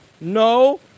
No